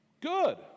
Good